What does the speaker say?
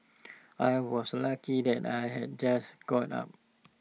I was lucky that I had just got up